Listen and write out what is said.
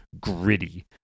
gritty